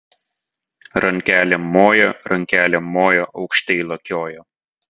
rankelėm moja rankelėm moja aukštai lakioja